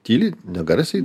tyliai negarsiai